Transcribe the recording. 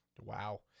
Wow